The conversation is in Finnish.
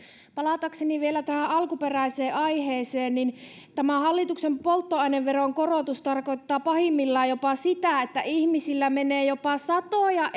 palatakseni vielä tähän alkuperäiseen aiheeseen tämä hallituksen polttoaineveron korotus tarkoittaa pahimmillaan jopa sitä että ihmisillä menee jopa satoja